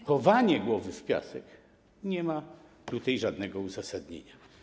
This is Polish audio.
Chowanie głowy w piasek nie ma żadnego uzasadnienia.